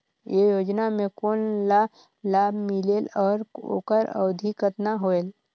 ये योजना मे कोन ला लाभ मिलेल और ओकर अवधी कतना होएल